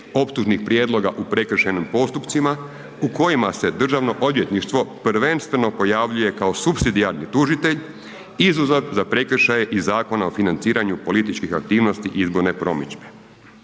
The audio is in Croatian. optužnih prijedloga u prekršajnim postupcima u kojima se državno odvjetništvo prvenstveno pojavljuje kao supsidijarni tužitelj izuzev za prekršaje iz Zakona o financiranju političkih aktivnosti i izborne promidžbe.